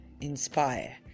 inspire